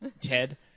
Ted